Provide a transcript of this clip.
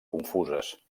confuses